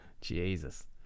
Jesus